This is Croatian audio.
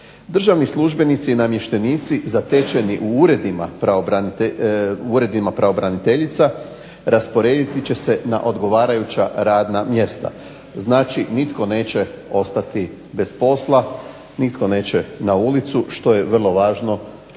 Državni službenici i namještenici zatečeni u Uredima pravobraniteljica rasporediti će se na odgovarajuća radna mjesta. Znači, nitko neće ostati bez posla, nitko neće na ulicu što je vrlo važno